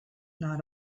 not